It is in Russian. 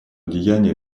деяния